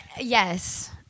Yes